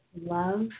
love